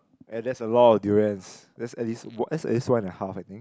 eh that's a lot of durians that's at least at least one and half I think